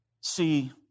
see